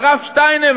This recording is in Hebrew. על הרב שטיינמן,